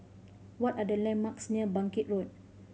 what are the landmarks near Bangkit Road